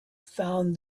found